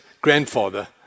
grandfather